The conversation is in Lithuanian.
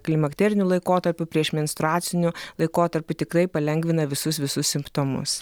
klimakteriniu laikotarpiu priešmenstruaciniu laikotarpiu tikrai palengvina visus visus simptomus